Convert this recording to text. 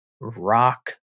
rock